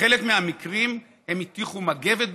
בחלק מהמקרים הם הטיחו מגבת בפניהם,